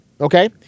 okay